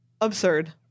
absurd